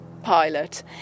pilot